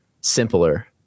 simpler